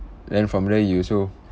then from there you also